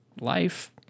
life